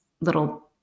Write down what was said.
little